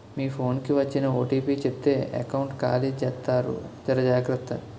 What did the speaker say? మీ phone కి వచ్చిన OTP చెప్తే ఎకౌంట్ ఖాళీ జెత్తారు జర జాగ్రత్త